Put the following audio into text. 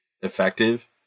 effective